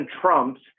Trump's